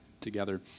together